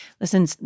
listen